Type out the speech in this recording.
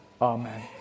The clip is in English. Amen